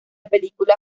película